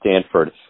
Stanford